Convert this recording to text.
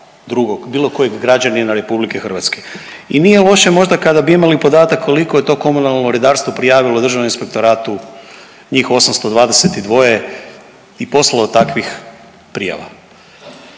drugog, bilo kojeg građanina Republike Hrvatske. I nije loše možda kada bi imali podatak koliko je to komunalno redarstvo prijavilo Državnom inspektoratu njih 822 i poslalo takvih prijava.